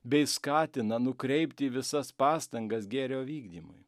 bei skatina nukreipti visas pastangas gėrio vykdymui